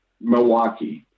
Milwaukee